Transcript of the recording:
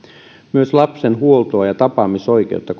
myös lapsen huoltoa ja tapaamisoikeutta